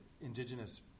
indigenous